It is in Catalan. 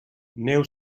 neu